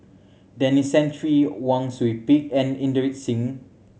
Denis Santry Wang Sui Pick and Inderjit Singh